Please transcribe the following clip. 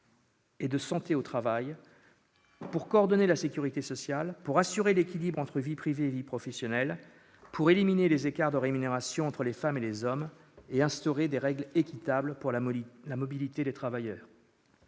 et de santé au travail, coordonner la sécurité sociale, assurer l'équilibre entre vie privée et vie professionnelle, éliminer les écarts de rémunération entre les femmes et les hommes et instaurer des règles équitables pour la mobilité des travailleurs. À